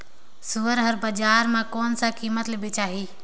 सुअर हर बजार मां कोन कीमत ले बेचाही?